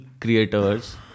creators